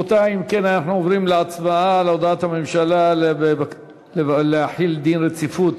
אנחנו עוברים להצבעה על הודעת הממשלה על רצונה להחיל דין רציפות